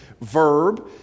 verb